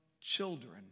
children